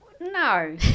no